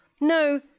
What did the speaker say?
No